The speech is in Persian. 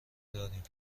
داریم